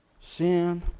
Sin